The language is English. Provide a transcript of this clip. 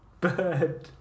bird